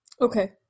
Okay